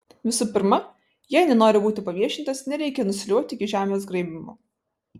visų pirma jei nenori būti paviešintas nereikia nusiliuobti iki žemės graibymo